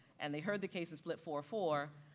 and they heard the case is split four-four,